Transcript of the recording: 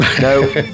no